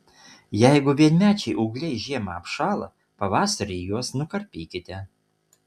jeigu vienmečiai ūgliai žiemą apšąla pavasarį juos nukarpykite